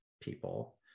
people